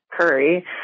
Curry